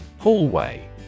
hallway